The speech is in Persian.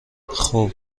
خوب